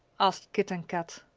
asked kit and kat.